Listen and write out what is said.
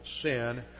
sin